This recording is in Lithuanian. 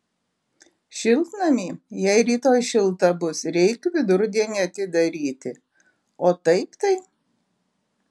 šiltnamį jei rytoj šilta bus reik vidurdienį atidaryti o taip tai